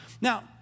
Now